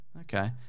Okay